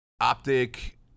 optic